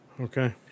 okay